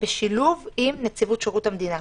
בשילוב עם נציבות שירות המדינה,